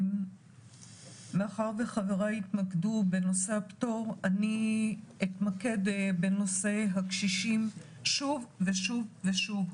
מאחר שחבריי התמקדו בנושא הפטור אני אתמקד בנושא הקשישים שוב ושוב ושוב.